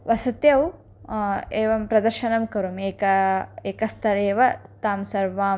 वसत्यौ एवं प्रदर्शनं करोमि एकम् एकस्तरे एव तान् सर्वान्